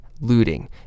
looting